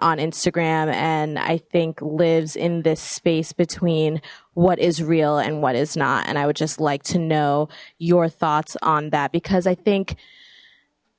instagram and i think lives in this space between what is real and what is not and i would just like to know your thoughts on that because i think